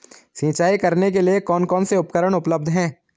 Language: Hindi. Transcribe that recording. सिंचाई करने के लिए कौन कौन से उपकरण उपलब्ध हैं?